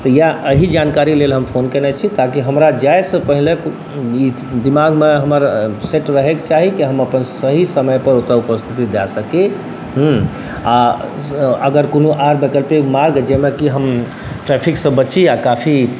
तऽ इएह अही जानकारी लेल हम फोन केने छी ताकि हमरा जे जाइसँ पहिले दिमागमे हमर सेट रहैके चाही कि हम अपन सही समयपर ओतऽ उपस्थिति दऽ सकी हँ आओर अगर कोनो आओर वैकल्पिक मार्ग जाहिमे कि हम ट्रैफिकसँ बची आओर काफी